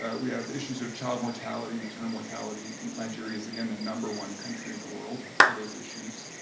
ah we have issues of child mortality, maternal mortality. nigeria's again the number one country in the world for those issues,